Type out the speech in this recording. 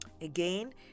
Again